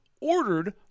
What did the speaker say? ordered